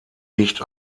nicht